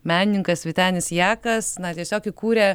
menininkas vytenis jakas na tiesiog įkūrė